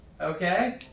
Okay